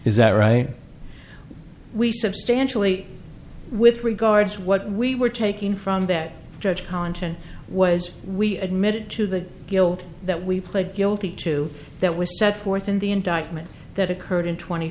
is that right we substantially with regard to what we were taking from that judge content was we admitted to the guilt that we played guilty too that was set forth in the indictment that occurred in tw